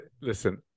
Listen